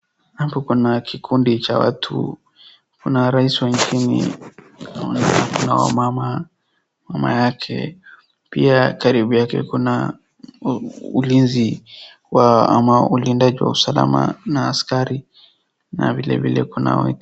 Hapo kuna kikundi cha watu. Kuna rais wa nchini na wamama, mamake yake. Pia karibu yake kuna ulizi wa ulindaji wa salama na askari na vile vile kuna waiter .